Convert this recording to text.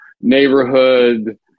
neighborhood